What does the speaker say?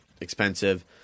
expensive